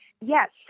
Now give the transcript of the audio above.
Yes